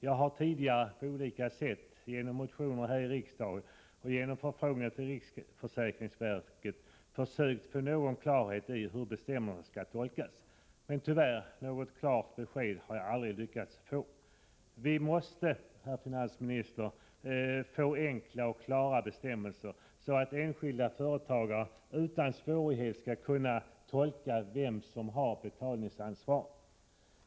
Jag har tidigare på olika sätt — genom motioner här i riksdagen och genom förfrågningar till riksförsäkringsverket — försökt få någon klarhet i hur bestämmelserna skall tolkas. Tyvärr har jag aldrig lyckats få ett klart besked. Vi måste, herr finansminister, få enkla och klara bestämmelser, så att enskilda företagare utan svårigheter kan tolka vem som har betalningsansvaret.